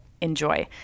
enjoy